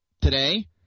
today